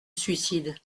suicide